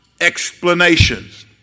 explanations